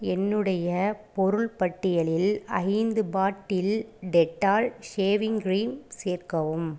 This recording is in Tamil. என்னுடைய பொருள் பட்டியலில் ஐந்து பாட்டில் டெட்டால் ஷேவிங் கிரீம் சேர்க்கவும்